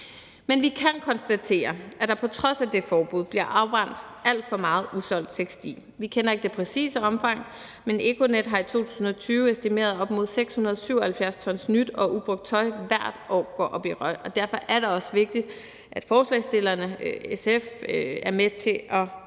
Men vi kan konstatere, at der på trods af det forbud bliver afbrændt alt for meget usolgt tekstil. Vi kender ikke det præcise omfang, men Econet har i 2020 estimeret, at op mod 677 t nyt og ubrugt tøj hvert år går op i røg, og derfor er det også vigtigt, at forslagsstillerne, SF, er med til at pege